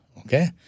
Okay